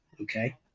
Okay